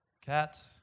Cat